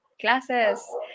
classes